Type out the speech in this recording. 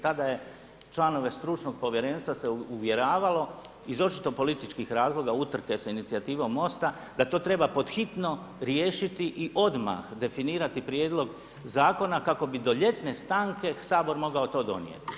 Tada je članove, stručnog povjerenstva se uvjeravalo, iz očitog političkog razloga, utrke sa inicijativnom Mosta, da to treba pod hitno riješiti i odmah definirati prijedlog zakona kako bi do ljetne stanke Sabor to mogao donijeti.